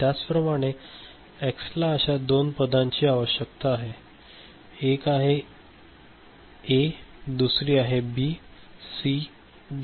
त्याचप्रमाणे एक्सला अशा दोन पदांची आवश्यकता आहे एक आहे ए दुसरी आहे बी सी डी